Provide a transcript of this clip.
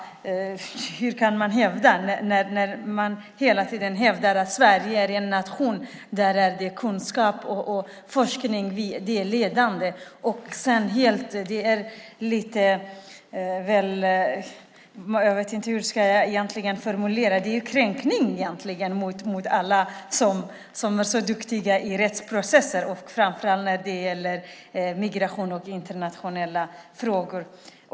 Hur kan man hävda det när man hela tiden hävdar att Sverige är en nation som ska vara ledande i fråga om kunskap och forskning? Det är egentligen en kränkning mot alla som är så duktiga i rättsprocesser och framför allt när det gäller migration och internationella frågor.